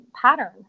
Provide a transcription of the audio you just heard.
pattern